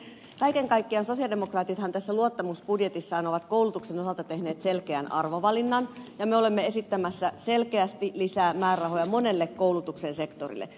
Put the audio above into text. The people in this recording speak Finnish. kaiken kaikkiaan sosialidemokraatithan tässä luottamusbudjetissaan ovat koulutuksen osalta tehneet selkeän arvovalinnan ja me olemme esittämässä selkeästi lisää määrärahoja monelle koulutuksen sektorille